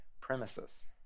premises